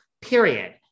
period